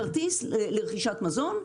כרטיס לרכישת מזון,